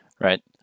Right